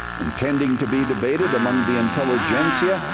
intending to be debated among the intelligentsia.